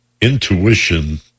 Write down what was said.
intuition